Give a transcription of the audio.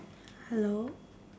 hello